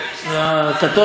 קטונתי, קטונתי.